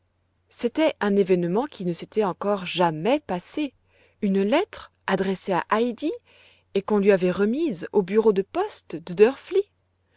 c'était un événement qui ne s'était encore jamais passé une lettre adressée à heidi et qu'on lui avait remise au bureau de poste de drfli